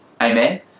amen